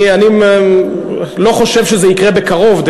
אני לא חושב שזה יקרה בקרוב,